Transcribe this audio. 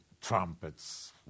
trumpets